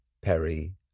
Perry